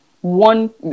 one